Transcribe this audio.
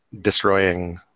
destroying